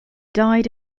died